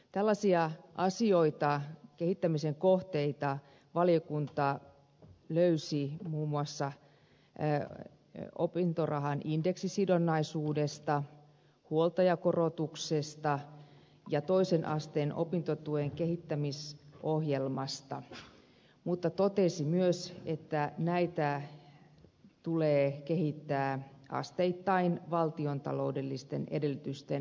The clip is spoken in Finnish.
tällaisia asioita kehittämisen kohteita valiokunta löysi muun muassa opintorahan indeksisidonnaisuudesta huoltajakorotuksesta ja toisen asteen opintotuen kehittämisohjelmasta mutta totesi myös että näitä tulee kehittää asteittain valtiontaloudellisten edellytysten mukaisesti